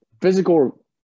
Physical